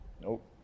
Nope